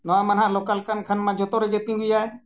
ᱱᱚᱣᱟᱢᱟ ᱦᱟᱸᱜ ᱞᱳᱠᱟᱞ ᱠᱟᱱ ᱠᱷᱟᱱᱢᱟ ᱡᱚᱛᱚ ᱨᱮᱜᱮ ᱛᱤᱸᱜᱩᱭᱟᱭ